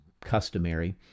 customary